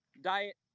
diet